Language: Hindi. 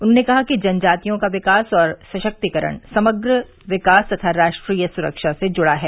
उन्होंने कहा कि जनजातियों का विकास और सशक्तिकरण समग्र विकास तथा राष्ट्रीय सुरक्षा से जूड़ा है